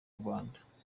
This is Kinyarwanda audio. rwanda